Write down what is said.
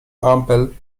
ampel